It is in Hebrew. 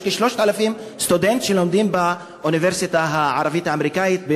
יש כ-3,000 סטודנטים שלומדים באוניברסיטה הערבית האמריקנית בג'נין.